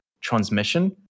transmission